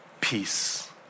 Peace